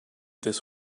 this